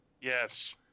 Yes